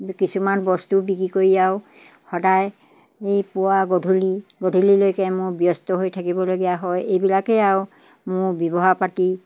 কিছুমান বস্তু বিক্ৰী কৰি আৰু সদায় এই পুৱা গধূলি গধূলিলৈকে মোৰ ব্যস্ত হৈ থাকিবলগীয়া হয় এইবিলাকেই আৰু মোৰ ব্যৱসায় পাতি